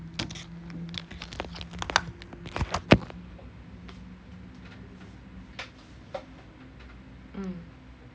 mm